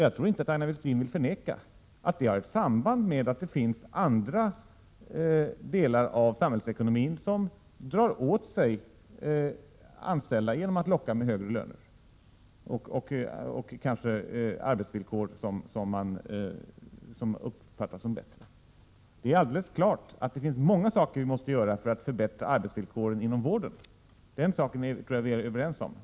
Jag tror inte att Aina Westin vill förneka att detta problem har ett samband med att det finns andra delar av samhällsekonomin som drar åt sig anställda, genom att locka med högre löner och kanske arbetsvillkor som uppfattas som bättre. Det är alldeles klart att det finns många saker vi måste göra för att förbättra arbetsvillkoren inom vården. Den saken tror jag att vi är överens om.